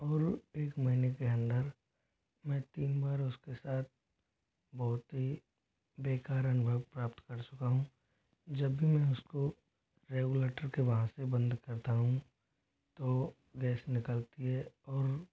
और एक महीने के अंदर मैं तीन बार उसके साथ बहुत ही बेकार अनुभव प्राप्त कर चुका हूँ जब भी मैं उसको रेगुलेटर के वहाँ से बंद करता हूँ तो गैस निकलती है और